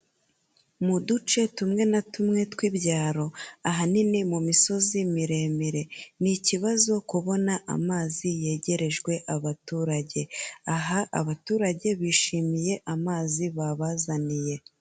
Mu duce tumwe na tumwe tw'ibyaro, ahanini mu misozi miremire, ni ikibazo kubona amazi yegerejwe abaturage, aha abaturage bishimiye amazi babazaniye.